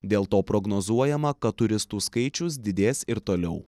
dėl to prognozuojama kad turistų skaičius didės ir toliau